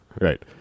right